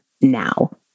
now